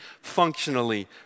functionally